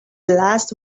last